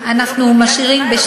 אנחנו משאירים.